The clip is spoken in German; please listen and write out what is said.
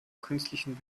künstlichen